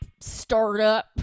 startup